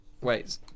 Wait